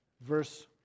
Verse